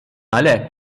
għalhekk